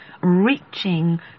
reaching